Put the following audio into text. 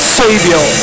savior